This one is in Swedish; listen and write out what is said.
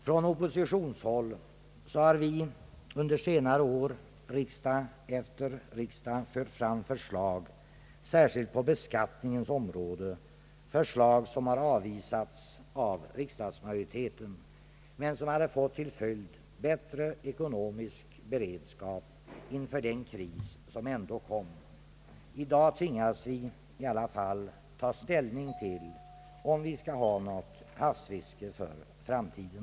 Från oppositionshåll har vi under senare år fört fram förslag, särskilt på beskattningens område — förslag som avvisats av riksdagsmajoriteten men som hade fått till följd bättre ekonomisk beredskap inför den kris som ändå kom. I dag tvingas vi i alla fall ta ställning till om vi skall ha något havsfiske för framtiden.